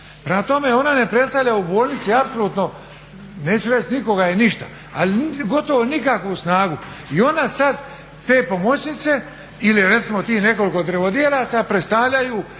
Prema tome, ona ne predstavlja u bolnici apsolutno, neću reći nikoga i ništa ali gotovo nikakvu snagu i ona sad te pomoćnice, ili recimo tih nekoliko drvodjelaca predstavljaju